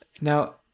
Now